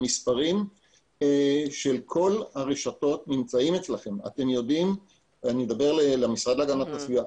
המספרים של כל הרשתות ידועים למשרד להגנת הסביבה,